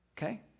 Okay